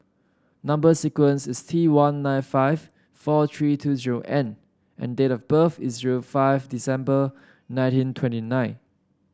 number sequence is T one nine five four three two zero N and date of birth is zero five December nineteen twenty nine